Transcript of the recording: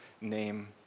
name